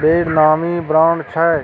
बड़ नामी ब्रांड छै